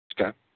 Okay